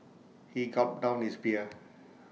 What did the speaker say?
he gulped down his beer